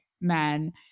men